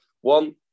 One